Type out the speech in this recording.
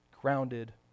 grounded